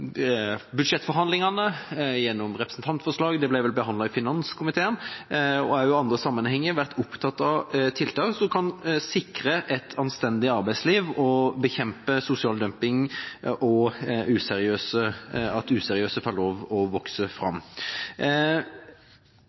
budsjettforhandlingene, gjennom representantforslag – det ble vel behandlet i finanskomiteen – og også i andre sammenhenger vært opptatt av tiltak som kan sikre et anstendig arbeidsliv og bekjempe at sosial dumping og useriøse aktører får lov å vokse fram.